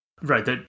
right